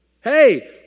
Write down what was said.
Hey